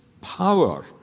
power